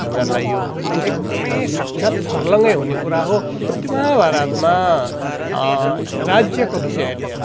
हामीहरूलाई यो एकदमै साक्षात् छर्लङ्गै हुने कुरा हो त्यो महाभारतमा राज्यको विषय लिएर